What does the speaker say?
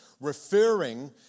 referring